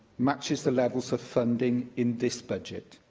matches the levels of funding in this budget.